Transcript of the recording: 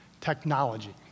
technology